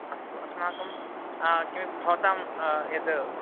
अस्तु अस्माकं किं भवतां यद्